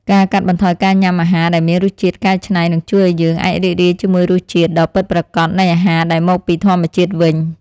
ការកាត់បន្ថយការញ៉ាំអាហារដែលមានរសជាតិកែច្នៃនឹងជួយឲ្យយើងអាចរីករាយជាមួយរសជាតិដ៏ពិតប្រាកដនៃអាហារដែលមកពីធម្មជាតិវិញ។